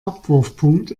abwurfpunkt